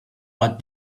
but